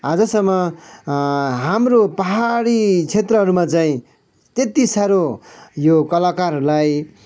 आजसम्म हाम्रो पाहाडी क्षेत्रहरूमा चाहिँ त्यत्ति साह्रो यो कलाकारहरूलाई